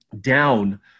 down